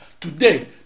today